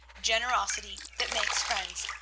generosity that makes friends,